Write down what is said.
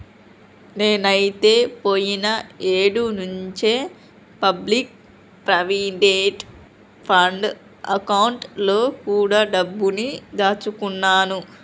నేనైతే పోయిన ఏడు నుంచే పబ్లిక్ ప్రావిడెంట్ ఫండ్ అకౌంట్ లో కూడా డబ్బుని దాచుకున్నాను